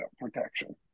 protection